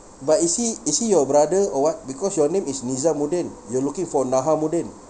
but is he is he your brother or what because your name is nizam mudin you are looking for nahar mudin